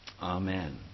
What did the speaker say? Amen